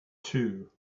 two